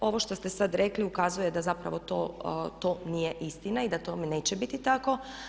Ovo što ste sad rekli ukazuje da zapravo to nije istina i da tome neće biti tako.